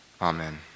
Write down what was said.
Amen